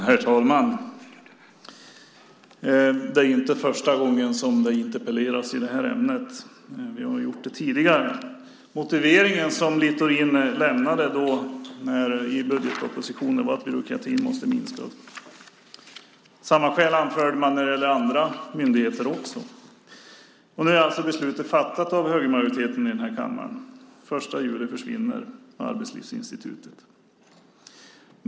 Herr talman! Det är inte första gången som det interpelleras i det här ämnet. Vi har gjort det tidigare. Motiveringen som Littorin lämnade i budgetpropositionen var att byråkratin måste minska. Samma skäl anförde man också när det gäller andra myndigheter. Och nu är alltså beslutet fattat av högermajoriteten i den här kammaren. Den 1 juli försvinner Arbetslivsinstitutet.